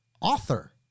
author